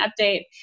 update